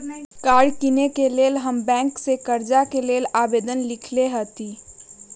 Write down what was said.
कार किनेके लेल हम बैंक से कर्जा के लेल आवेदन लिखलेए हती